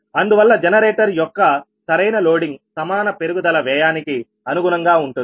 అందువల్ల జెనరేటర్ యొక్క సరైన లోడింగ్ సమాన పెరుగుదల వ్యయానికి అనుగుణంగా ఉంటుంది